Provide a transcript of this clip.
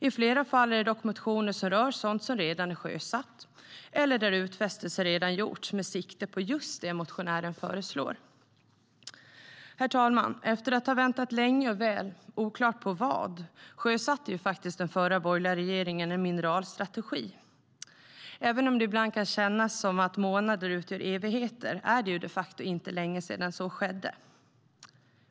I flera fall är det dock motioner som rör sådant som redan är sjösatt eller där utfästelser redan har gjorts med sikte på just det som motionären föreslår. Efter att ha väntat länge och väl - oklart på vad - sjösatte faktiskt den förra, borgerliga, regeringen en mineralstrategi. Även om det ibland kan kännas som att månader utgör evigheter är det de facto inte länge sedan det skedde.